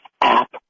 app